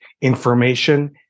information